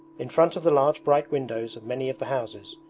in front of the large bright windows of many of the houses,